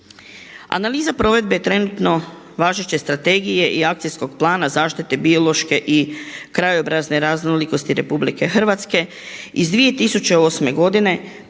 Analiza provedbe trenutno važeće strategije Akcijskog plana zaštite biološke i krajobrazne raznolikosti RH iz 2008. godine